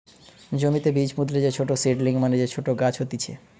জমিতে বীজ পুতলে যে ছোট সীডলিং মানে যে ছোট গাছ হতিছে